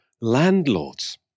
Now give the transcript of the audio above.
landlords